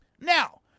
Now